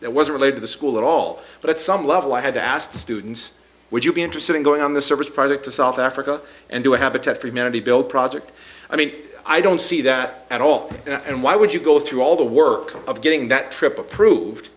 that was related to the school at all but at some level i had to ask the students would you be interested in going on the service project to south africa and do a habitat for humanity build project i mean i don't see that at all and why would you go through all the work of getting that trip approved